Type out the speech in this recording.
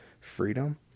freedom